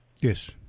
Yes